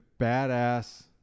badass